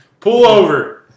Pullover